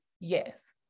Yes